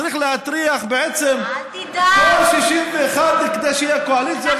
צריכים בעצם להטריח את כל ה-61 כדי שתהיה קואליציה,